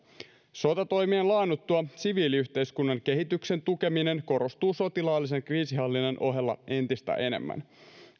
sotatoimien laannuttua siviiliyhteiskunnan kehityksen tukeminen korostuu sotilaallisen kriisinhallinnan ohella entistä enemmän